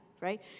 right